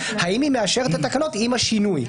האם היא מאשרת את התקנות עם השינוי,